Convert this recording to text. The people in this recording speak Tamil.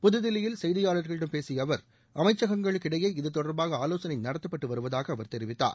புதுதில்லியில் செய்தியாளர்களிடம் பேசிய அவர் அமைச்சகங்களுக்கு இடையே இது தொடர்பாக ஆலோசனை நடத்தப்பட்டு வருவதாக அவர் தெரிவித்தார்